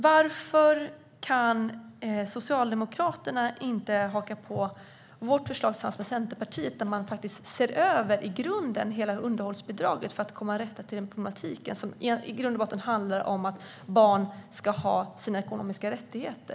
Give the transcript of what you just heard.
Varför kan då inte Socialdemokraterna haka på vårt och Centerpartiets förslag om att se över hela underhållsbidraget för att komma till rätta med problematiken? Det handlar i grund och botten om barns ekonomiska rättigheter.